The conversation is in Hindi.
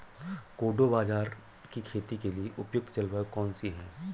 कोडो बाजरा की खेती के लिए उपयुक्त जलवायु कौन सी है?